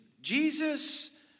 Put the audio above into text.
Jesus